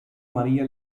maria